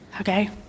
Okay